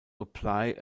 apply